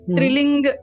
Trilling